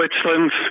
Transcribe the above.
Switzerland